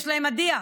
יש להם מדיח.